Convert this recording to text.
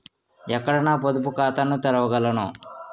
ఎక్కడ నా పొదుపు ఖాతాను తెరవగలను?